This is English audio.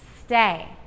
Stay